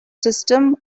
system